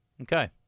Okay